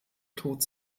tod